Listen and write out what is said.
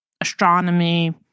astronomy